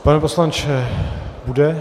Pane poslanče, bude?